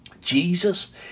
Jesus